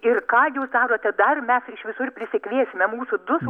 ir ką jūs darote dar mes iš visur prisikviesime mūsų du